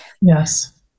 Yes